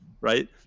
right